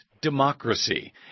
Democracy